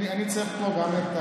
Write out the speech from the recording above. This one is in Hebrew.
אני צריך פה גם את,